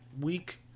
week